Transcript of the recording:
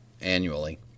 annually